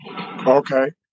Okay